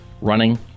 running